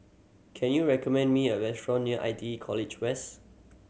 can you recommend me a restaurant near I T E College West